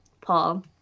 Paul